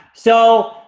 so.